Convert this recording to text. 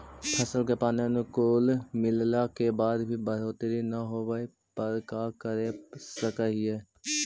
फसल के पानी अनुकुल मिलला के बाद भी न बढ़ोतरी होवे पर का कर सक हिय?